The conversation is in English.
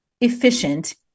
efficient